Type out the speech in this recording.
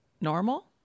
normal